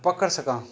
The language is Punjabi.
ਪਕੜ ਸਕਾ